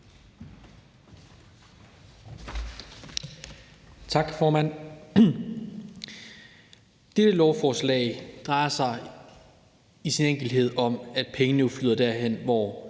Tak, formand. Dette lovforslag drejer sig i sin enkelhed om, at pengene skal flyde derhen, hvor